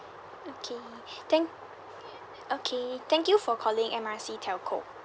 okay thank okay thank you for calling M R C telco